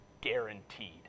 Guaranteed